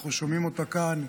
אנחנו שומעים אותה כאן.